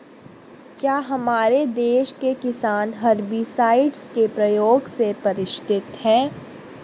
क्या हमारे देश के किसान हर्बिसाइड्स के प्रयोग से परिचित हैं?